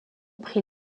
prit